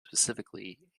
specifically